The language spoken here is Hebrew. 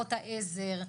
כוחות העזר,